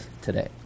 today